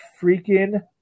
freaking